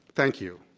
thank you.